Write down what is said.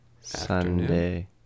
sunday